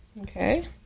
Okay